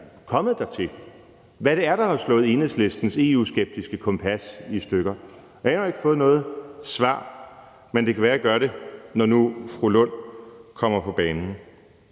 kommet dertil, og om, hvad det er, der har slået Enhedslistens EU-skeptiske kompas i stykker. Jeg har ikke fået noget svar, men det kan være, jeg får det, når nu fru Rosa Lund kommer på banen.